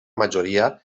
majoria